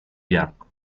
bianco